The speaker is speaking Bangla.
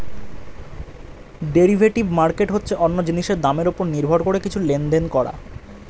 ডেরিভেটিভ মার্কেট হচ্ছে অন্য জিনিসের দামের উপর নির্ভর করে কিছু লেনদেন করা